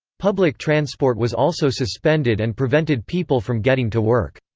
public transport was also suspended and prevented people from getting to work.